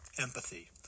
empathy